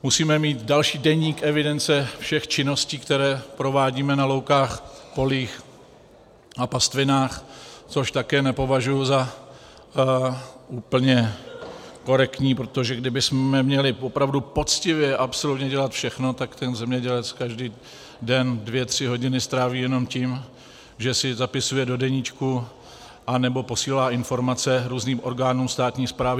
Musíme mít další deník evidence všech činností, které provádíme na loukách, polích a pastvinách, což také nepovažuji za úplně korektní, protože kdybychom měli opravdu poctivě absolutně dělat všechno, tak ten zemědělec každý den dvě tři hodiny stráví jenom tím, že si zapisuje do deníčku nebo posílá informace různým orgánům státní správy.